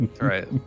Right